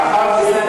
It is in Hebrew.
מאחר שזה,